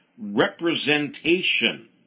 representation